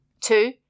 Two